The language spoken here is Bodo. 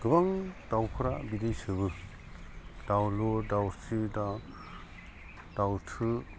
गोबां दाउफोरा बिदै सोबो दाउलुर दाउस्रि दाउ दाउथु